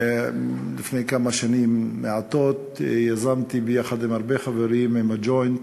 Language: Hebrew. לפני כמה שנים יזמתי יחד עם הרבה חברים ועם ה"ג'וינט"